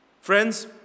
Friends